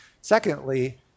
Secondly